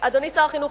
אדוני שר החינוך,